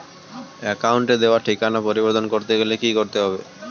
অ্যাকাউন্টে দেওয়া ঠিকানা পরিবর্তন করতে গেলে কি করতে হবে?